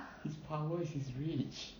why his power is he rich